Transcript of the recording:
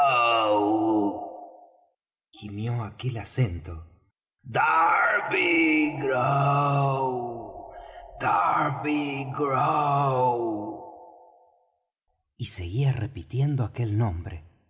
gimió aquel acento darby grow darby grow y seguía repitiendo aquel nombre